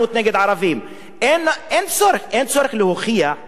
אין צורך להוכיח שהרב של צפת,